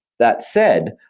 that said,